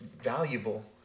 valuable